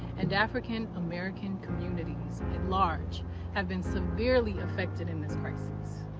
and african american communities at large have been severely affected in this crisis.